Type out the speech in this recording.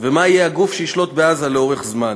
ומה יהיה הגוף שישלוט בעזה לאורך זמן.